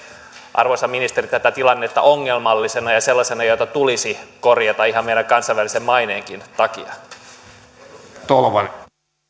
arvoisa ministeri tätä tilannetta ongelmallisena ja sellaisena jota tulisi korjata ihan meidän kansainvälisen maineemmekin takia